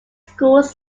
schools